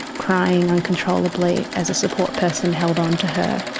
crying uncontrollably as a support person held on to her.